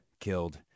killed